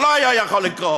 זה לא היה יכול לקרות,